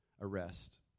arrest